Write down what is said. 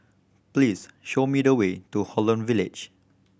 please show me the way to Holland Village